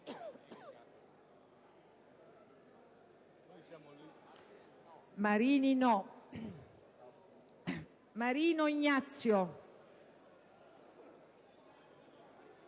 Marini, Marino Ignazio,